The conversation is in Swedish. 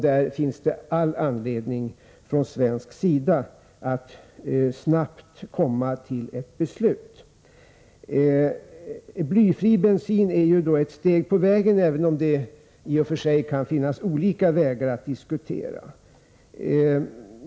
Det finns all anledning att från svensk sida snabbt komma fram till ett beslut. Blyfri bensin är ett steg på vägen även om man i och för sig kan diskutera olika lösningar.